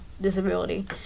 disability